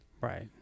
Right